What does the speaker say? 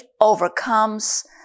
overcomes